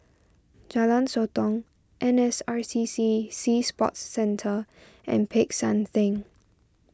Jalan Sotong N S R C C Sea Sports Centre and Peck San theng